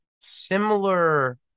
similar